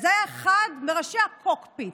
אז זה היה אחד מראשי הקוקפיט.